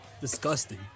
Disgusting